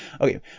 okay